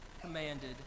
commanded